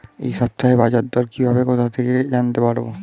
এই সপ্তাহের বাজারদর কিভাবে কোথা থেকে জানতে পারবো?